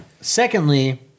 Secondly